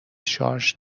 شارژ